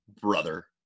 brother